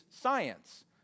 science